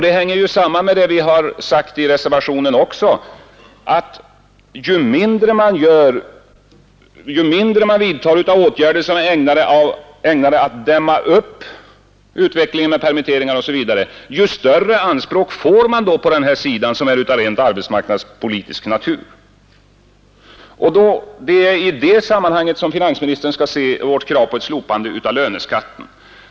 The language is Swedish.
Det hänger också samman med vad vi framhållit i vår reservation, att ju mindre man vidtar av åtgärder ägnade att dämma upp utvecklingen med permitteringar och liknande, desto större anspråk får man på den arbetsmarknadspolitiska sidan. Och det är i det sammanhanget som finansministern skall se vårt krav på slopande av löneskatten.